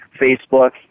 Facebook